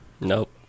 Nope